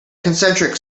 concentric